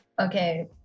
Okay